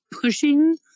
pushing